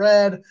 Red